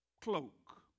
cloak